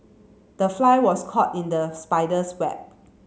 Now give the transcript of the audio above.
the fly was caught in the spider's web